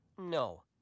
no